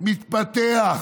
מתפתח,